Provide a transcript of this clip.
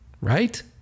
right